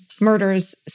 murders